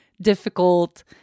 difficult